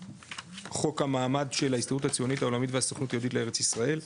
מחוק המעמד של ההסתדרות הציונית העולמית והסוכנות היהודית לארץ ישראל,